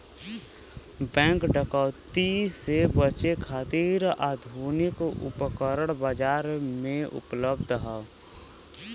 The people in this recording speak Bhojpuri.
बैंक डकैती से बचे खातिर आधुनिक उपकरण बाजार में उपलब्ध हौ